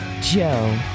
Joe